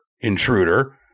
intruder